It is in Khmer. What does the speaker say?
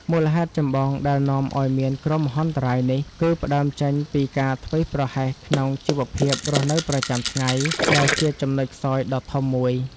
មូលហេតុចម្បងដែលនាំឱ្យមានគ្រោះមហន្តរាយនេះ គឺផ្ដើមចេញពីការធ្វេសប្រហែសក្នុងជីវភាពរស់នៅប្រចាំថ្ងៃ ដែលជាចំណុចខ្សោយដ៏ធំមួយ។